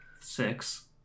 six